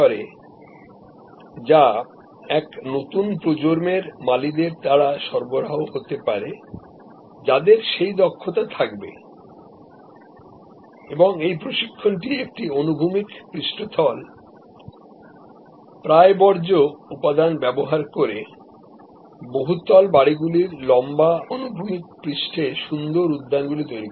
এই পরিষেবাটি শুধু নতুন প্রজন্মের মালিদের থেকেই পাওয়া যাবে যাদের সেই দক্ষতা এবং প্রশিক্ষণ থাকবে প্রায় বর্জ্য উপাদান ব্যবহার করে বহুতল বাড়িগুলোর লম্বা হরাইজন্টাল দেওয়ালে সুন্দর উদ্যানগুলি তৈরি করবে